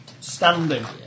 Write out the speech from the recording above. standing